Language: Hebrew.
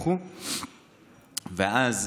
ואז,